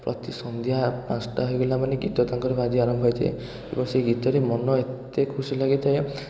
ପ୍ରତି ସନ୍ଧ୍ୟା ପାଞ୍ଚଟା ହୋଇଗଲା ମାନେ ଗୀତ ତାଙ୍କର ବାଜିବା ଆରମ୍ଭ ହୋଇଯାଏ ଏବଂ ସେହି ଗୀତରେ ମନ ଏତେ ଖୁସି ଲାଗିଥାଏ